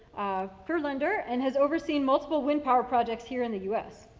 ah, fuhrlander and has overseen multiple wind power projects here in the u s.